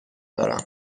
دارم